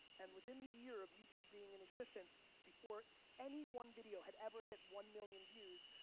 and within the year of youtube being in existence, before any one video had ever hit one million views,